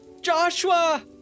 joshua